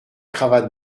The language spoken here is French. cravate